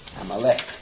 Amalek